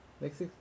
Next